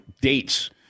dates